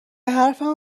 حرفمو